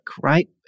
right